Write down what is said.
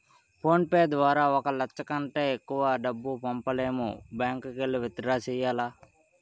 phone pay ద్వారా ఒక లచ్చ కంటే ఎక్కువ డబ్బు పంపనేము బ్యాంకుకెల్లి విత్ డ్రా సెయ్యాల